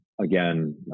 Again